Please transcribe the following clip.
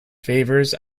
favors